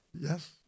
Yes